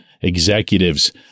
executives